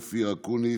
אופיר אקוניס,